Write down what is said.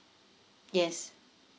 yes